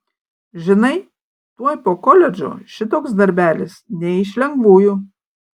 žinai tuoj po koledžo šitoks darbelis ne iš lengvųjų